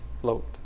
float